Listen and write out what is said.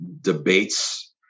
debates